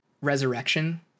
resurrection